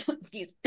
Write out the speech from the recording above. Excuse